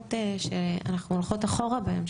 תופעות שאנחנו הולכות אחורה בהן,